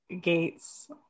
gates